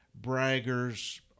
braggers